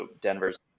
Denver's